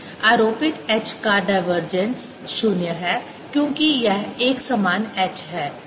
आरोपित H का divergence 0 है क्योंकि यह एकसमान H है